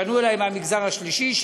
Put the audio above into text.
פנו אלי מהמגזר השלישי.